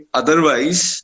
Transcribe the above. otherwise